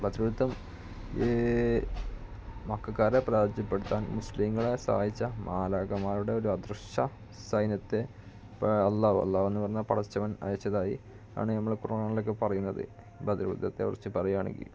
ബദറു യുദ്ധം ഈ മക്കക്കാരെ പരാജയപ്പെടുത്താൻ മുസ്ലീങ്ങളെ സഹായിച്ച മാലാഖമാരുടെ ഒരദൃശ്യ സൈന്യത്തെ അള്ളാ അള്ളായെന്നു പറഞ്ഞാൽ പടച്ചവൻ അയച്ചതായി ആണ് ഞമ്മളെ ഖുറോനിലൊക്കെ പറയണത് ബദർ യുദ്ധത്തെക്കുറിച്ച് പറയുകയാണെങ്കിൽ